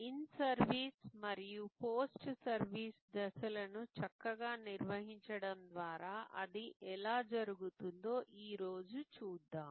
in service మరియు post service దశలను చక్కగా నిర్వహించడం ద్వారా అది ఎలా జరుగుతుందో ఈ రోజు చూద్దాం